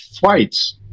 fights